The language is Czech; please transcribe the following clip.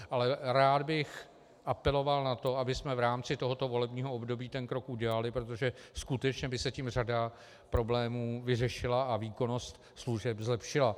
Ale rád bych apeloval na to, abychom v rámci tohoto volebního období ten krok udělali, protože skutečně by se tím řada problémů vyřešila a výkonnost služeb zlepšila.